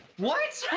what's